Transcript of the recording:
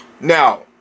Now